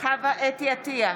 חוה אתי עטייה,